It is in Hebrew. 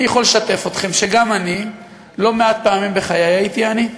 אני יכול לשתף אתכם שגם אני לא מעט פעמים בחיי הייתי עני.